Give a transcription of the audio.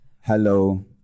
hello